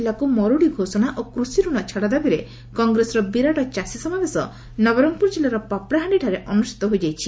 ଜିଲ୍ଲାକୁ ମରୁଡି ଘୋଷଣା ଓ କୃଷିରଣ ଛାଡ ଦାବିରେ କଂଗ୍ରେସର ବିରାଟ ଚାଷୀ ସମାବେଶ ନବରଙ୍ଙପୁର ଜିଲ୍ଲାର ପାପଡାହାଣ୍ଡି ଠାରେ ଅନୁଷ୍ବିତ ହୋଇଯାଇଛି